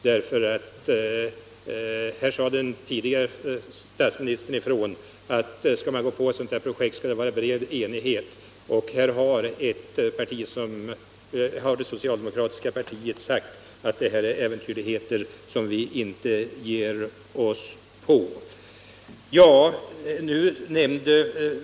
Den tidigare statsministern sade ifrån att det skall råda bred enighet om det om man skall satsa på ett sådant här projekt, och det socialdemokratiska partiet har sagt att det här är äventyrligheter som vi inte ger oss på.